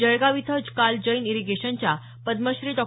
जळगाव इथं काल जैन इरिगेशनच्या पद्मश्री डॉ